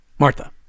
Martha